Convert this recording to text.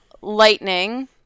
lightning